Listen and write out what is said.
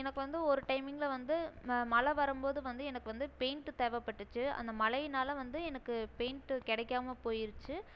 எனக்கு வந்து ஒரு டைமிங்கில் வந்து நான் மழை வரும் போது வந்து எனக்கு வந்து பெயிண்ட்டு தேவைப்பட்டுச்சு அந்த மழையினால் வந்து எனக்கு பெயிண்ட்டு கிடைக்காம போயிடுச்சு